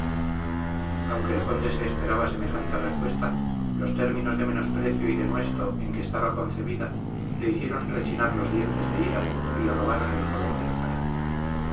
aunque el conde se esperaba semejante respuesta los términos de menosprecio y denuesto en que estaba concebida le hicieron rechinar los dientes de ira y le robaron el color de la cara